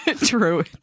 True